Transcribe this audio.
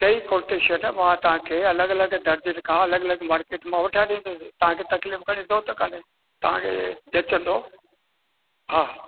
टई कोटेशन मां तव्हां खे अलॻि अलॻि दर्जे खां अलॻि अलॻि मार्किट मां वठाए ॾींदुसि तव्हां खे तक़लीफ करण जी ज़रूरत काने तव्हां खे जीअं चवंदो हा